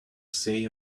say